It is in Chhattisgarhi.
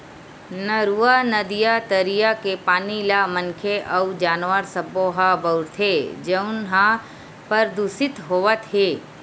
नरूवा, नदिया, तरिया के पानी ल मनखे अउ जानवर सब्बो ह बउरथे जउन ह परदूसित होवत हे